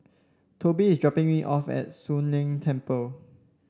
Tobie is dropping me off at Soon Leng Temple